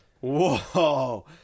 Whoa